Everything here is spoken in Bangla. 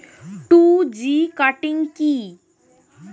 টু জি কাটিং কি?